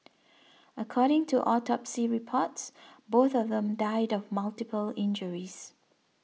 according to autopsy reports both of them died of multiple injuries